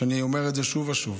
שאני אומר את זה שוב ושוב: